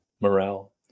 Morale